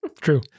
true